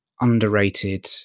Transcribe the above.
underrated